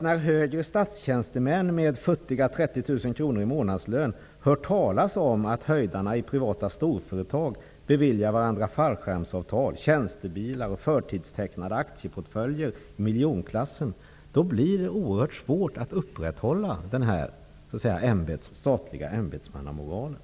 När högre statstjänstemän med futtiga 30 000 kr i månadslön hör talas om att höjdarna i privata storföretag beviljar varandra fallskärmsavtal, tjänstebilar och förtidstecknade aktieportföljer i miljonklassen blir det oerhört svårt att upprätthålla den statliga ämbetsmannamoralen.